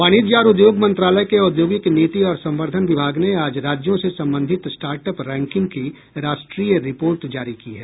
वाणिज्य और उद्योग मंत्रालय के औद्योगिक नीति और संवर्धन विभाग ने आज राज्यों से संबंधित स्टार्ट अप रैंकिंग की राष्ट्रीय रिपोर्ट जारी की है